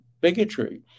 bigotry